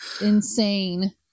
insane